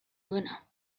duena